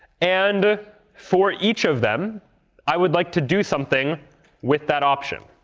and for each of them i would like to do something with that option.